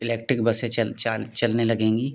electric बसें चलने लगेंगी